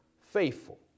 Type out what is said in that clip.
faithful